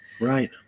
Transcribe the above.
Right